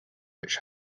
which